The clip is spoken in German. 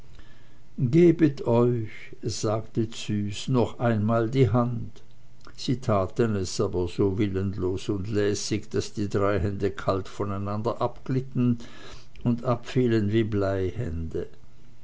gebet euch sagte züs noch einmal die hand sie taten es aber so willenlos und lässig daß die drei hände kalt voneinander abglitten und abfielen wie